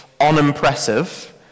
unimpressive